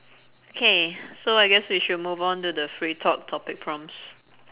K so I guess we should move onto the free talk topic prompts